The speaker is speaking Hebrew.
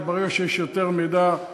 וברגע שיש יותר מידע,